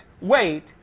wait